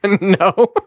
No